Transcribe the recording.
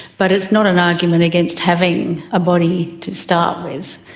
but it's not an argument against having a body to start with.